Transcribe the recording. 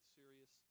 serious